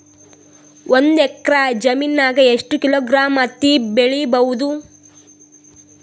ಒಂದ್ ಎಕ್ಕರ ಜಮೀನಗ ಎಷ್ಟು ಕಿಲೋಗ್ರಾಂ ಹತ್ತಿ ಬೆಳಿ ಬಹುದು?